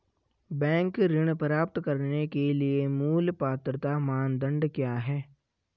Bank ऋण प्राप्त करने के लिए मूल पात्रता मानदंड क्या हैं?